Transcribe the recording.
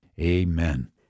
Amen